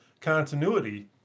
continuity